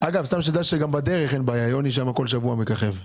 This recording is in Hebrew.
אגב גם בדרך יוני מככב שם.